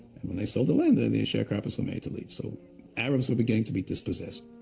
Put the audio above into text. and when they sold the land, the the sharecroppers were made to leave, so arabs were beginning to be dispossessed.